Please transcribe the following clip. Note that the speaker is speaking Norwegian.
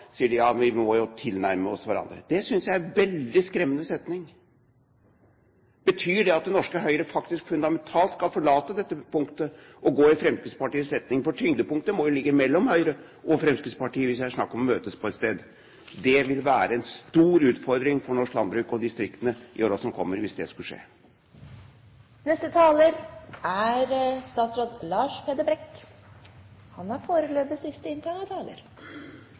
sier: Ja, vi må jo tilnærme oss hverandre. Det synes jeg er en veldig skremmende setning. Betyr det at det norske Høyre faktisk fundamentalt skal forlate dette punktet og gå i Fremskrittspartiets retning, for tyngdepunktet må jo ligge mellom Høyre og Fremskrittspartiet hvis det er snakk om å møtes på et sted? Det vil være en stor utfordring for norsk landbruk og distriktene i årene som kommer hvis det skulle skje. Neste taler er Lars Peder Brekk. Han er foreløpig siste inntegnede taler.